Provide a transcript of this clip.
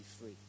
free